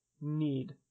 need